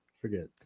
forget